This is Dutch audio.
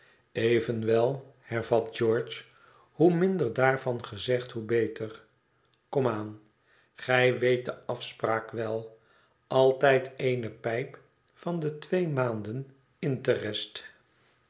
evenwel hervat george hoe minder daarvan gezegd hoe beter kom aan gij weet de afspraak wel altijd eene pijp van de twee maanden interest